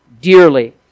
dearly